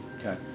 Okay